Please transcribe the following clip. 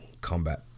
combat